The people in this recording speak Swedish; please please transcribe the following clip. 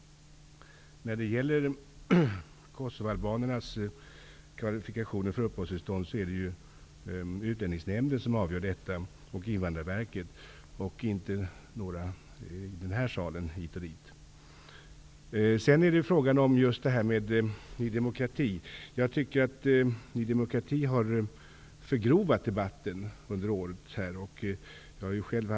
Det är ju Utlänningsnämnden och Invandrarverket som bedömer kosovoalbanernas kvalifikationer för att få uppehållstillstånd. Det är inte några i den här salen som skall fatta beslut hit eller dit. Jag tycker att Ny demokrati under året har förgrovat debatten.